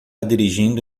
dirigindo